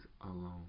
alone